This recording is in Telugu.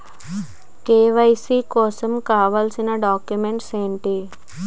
కే.వై.సీ కోసం కావాల్సిన డాక్యుమెంట్స్ ఎంటి?